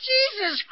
Jesus